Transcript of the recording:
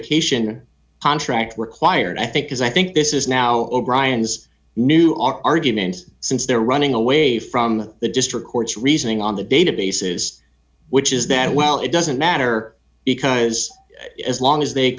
ication contract required i think is i think this is now o'brien's new argument since they're running away from the district court's reasoning on the databases which is that well it doesn't matter because as long as they